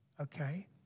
okay